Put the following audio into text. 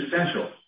essential